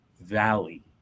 valley